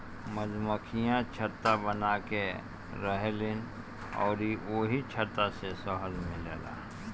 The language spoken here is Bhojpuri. मधुमक्खियाँ छत्ता बनाके रहेलीन अउरी ओही छत्ता से शहद मिलेला